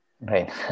Right